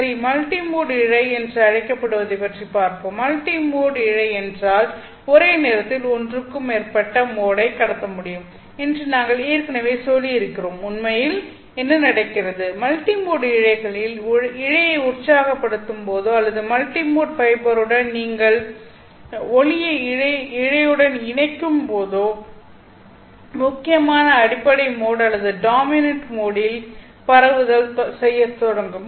சரி multi mode இழை என்று அழைக்கப்படுவதைப் பற்றி பார்ப்போம் மல்டி மோட் இழை என்றால் ஒரே நேரத்தில் ஒன்றுக்கு மேற்பட்ட மோடை கடத்த முடியும் என்று நாங்கள் ஏற்கனவே சொல்லியிருக்கிறோம் உண்மையில் என்ன நடக்கிறது என்பது ஒரு மல்டி மோட் இழைகளில் இழையை உற்சாகப்படுத்தும் போதோ அல்லது மல்டிமோட் ஃபைபருடன் நீங்கள் ஒளியை இழையுடன் இணைக்கும் போதோ முக்கியமான அடிப்படை மோட் அல்லது டாமினன்ட் மோடில் பரவுதல் செய்யத் தொடங்கும்